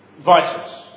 vices